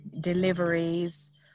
deliveries